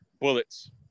Bullets